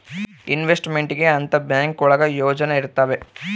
investment ಗೆ ಅಂತ bank ಒಳಗ ಯೋಜನೆ ಇರ್ತವೆ